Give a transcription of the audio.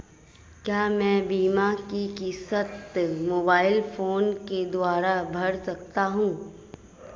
क्या मैं बीमा की किश्त मोबाइल फोन के द्वारा भर सकता हूं?